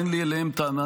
ואין לי אליהם טענה,